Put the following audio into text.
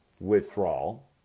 withdrawal